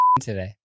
today